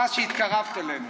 תודה שהתקרבת אלינו.